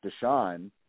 Deshaun